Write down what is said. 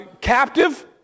captive